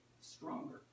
stronger